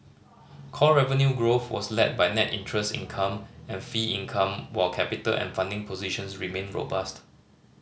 core revenue growth was led by net interest income and fee income while capital and funding positions remain robust